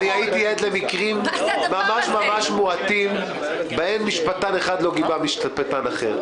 הייתי עד למקרים מועטים בהם משפטן אחד לא גיבה ועדת בחירות,